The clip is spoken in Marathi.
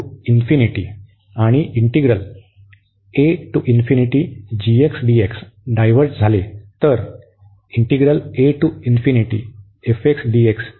जर k ∞ आणि डायव्हर्ज झाले तर डायव्हर्ज होईल